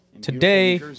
today